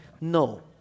No